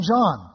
John